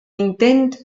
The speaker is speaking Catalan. intent